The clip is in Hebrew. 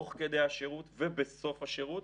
תוך כדי השירות ובסוף השירות